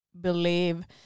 believe